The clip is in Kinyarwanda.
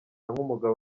nk’umugabo